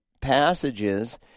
passages